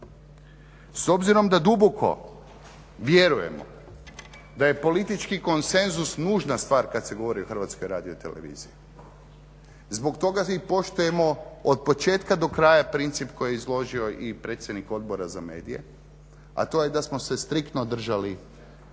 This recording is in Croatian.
S obzirom da duboko vjerujem da je politički konsenzus kada se govori o HRT-u zbog toga i poštujemo od početka do kraja princip koji je izložio i predsjednik Odbora za medije, a to je da smo se striktno držali dogovora